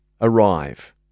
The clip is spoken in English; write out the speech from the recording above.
arrive